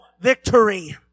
victory